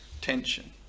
tension